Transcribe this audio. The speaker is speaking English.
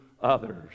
others